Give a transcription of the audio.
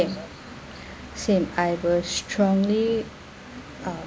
same I have a strongly